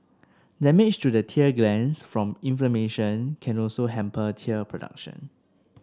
damage to the tear glands from inflammation can also hamper tear production